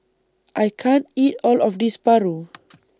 I can't eat All of This Paru